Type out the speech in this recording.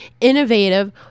innovative